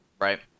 Right